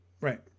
Right